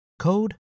code